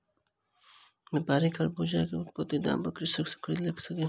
व्यापारी खरबूजा के उचित दाम पर कृषक सॅ खरीद लेलक